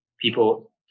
people